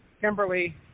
Kimberly